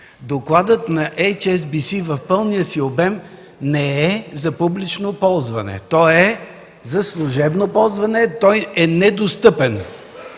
Докладът на „Ейч Ес Би Си” в пълния си обем не е за публично ползване, той е за служебно ползване, той е недостъпен.